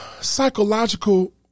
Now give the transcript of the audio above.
psychological